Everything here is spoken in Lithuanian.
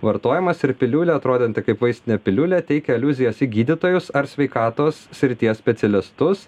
vartojamas ir piliulė atrodanti kaip vaistinė piliulė teikia aliuzijas į gydytojus ar sveikatos srities specialistus